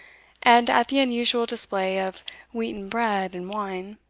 and at the unusual display of wheaten bread and wine,